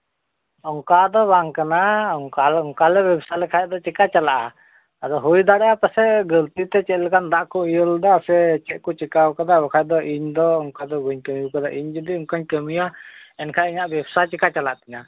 ᱚᱱᱠᱟ ᱫᱚ ᱵᱟᱝ ᱠᱟᱱᱟ ᱚᱱᱠᱟ ᱞᱮ ᱵᱮᱵᱽᱥᱟ ᱞᱮᱠᱷᱟᱱ ᱫᱚ ᱪᱤᱠᱟᱹ ᱪᱟᱞᱟᱜᱼᱟ ᱟᱫᱚ ᱦᱩᱭ ᱫᱟᱲᱮᱭᱟᱜᱼᱟ ᱯᱟᱥᱮᱡ ᱜᱟᱹᱞᱛᱤᱛᱮ ᱪᱮᱫ ᱞᱮᱠᱟᱱ ᱫᱟᱜ ᱠᱚ ᱤᱭᱟᱹ ᱞᱮᱫᱟ ᱥᱮ ᱪᱮᱫ ᱠᱚ ᱪᱤᱠᱟᱹᱣ ᱠᱟᱫᱟ ᱵᱟᱠᱷᱟᱱ ᱫᱚ ᱤᱧ ᱫᱚ ᱚᱱᱠᱟ ᱫᱚ ᱵᱟᱹᱧ ᱠᱟᱹᱢᱤᱣ ᱠᱟᱫᱟ ᱤᱧ ᱡᱩᱫᱤ ᱚᱱᱠᱟᱧ ᱠᱟᱹᱢᱤᱭᱟ ᱮᱱᱠᱷᱟᱱ ᱤᱧᱟᱹᱜ ᱵᱮᱵᱽᱥᱟ ᱪᱤᱠᱟᱹ ᱪᱟᱞᱟᱜ ᱛᱤᱧᱟ